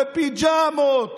בפיג'מות,